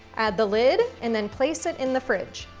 add the lid, and then place it in the fridge.